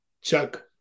Chuck